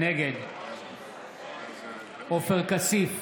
נגד עופר כסיף,